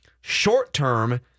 Short-term